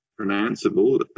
pronounceable